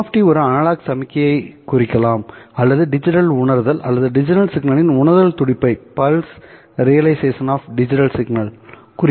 m ஒரு analogue சமிக்ஞை குறிக்கலாம் அல்லது டிஜிட்டல் உணர்தல் அல்லது டிஜிட்டல் சிக்னலின் உணர்தல் துடிப்பைக் குறிக்கும்